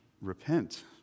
Repent